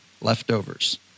leftovers